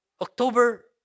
October